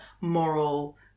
moral